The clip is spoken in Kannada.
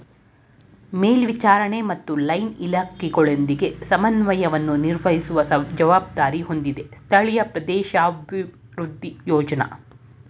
ಮೇಲ್ವಿಚಾರಣೆ ಮತ್ತು ಲೈನ್ ಇಲಾಖೆಗಳೊಂದಿಗೆ ಸಮನ್ವಯವನ್ನು ನಿರ್ವಹಿಸುವ ಜವಾಬ್ದಾರಿ ಹೊಂದಿದೆ ಸ್ಥಳೀಯ ಪ್ರದೇಶಾಭಿವೃದ್ಧಿ ಯೋಜ್ನ